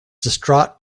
distraught